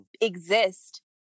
exist